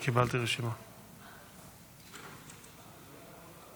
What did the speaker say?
אני אקבל את עצתך, חבר הכנסת